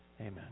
Amen